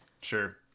sure